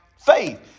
faith